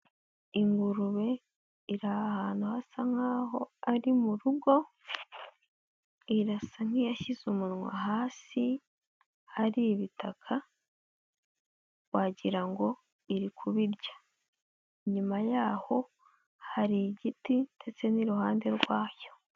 Ingurube iri ahantu hasa nk'aho ari mu rugo, irasa nk'iyashyize umunwa hasi hari ibitaka, wagira ngo iri kubirya, inyuma yaho hari igiti ndetse n'iruhande rwayo.